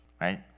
right